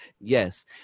yes